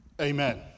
Amen